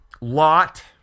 lot